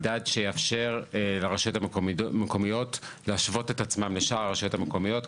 מדד שיאפשר לרשויות המקומיות להשוות את עצמן לשאר הרשויות המקומיות,